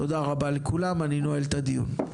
תודה רבה לכולם, אני נועל את הדיון.